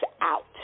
out